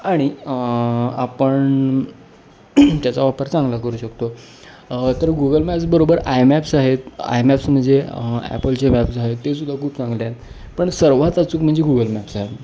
आणि आपण त्याचा वापर चांगला करू शकतो तर गुगल मॅप्सबरोबर आय मॅप्स आहेत आय मॅप्स म्हणजे ॲपलचे मॅप्स आहेत ते सुुद्धा खूप चांगले आहेत पण सर्वात अचूक म्हणजे गुगल मॅप्स आहे